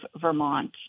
Vermont